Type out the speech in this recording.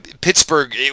Pittsburgh